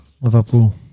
Liverpool